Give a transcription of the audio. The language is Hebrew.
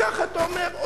ככה אתה אומר,